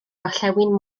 gorllewin